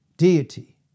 deity